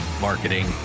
marketing